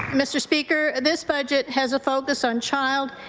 mr. speaker, this budget has a focus on child,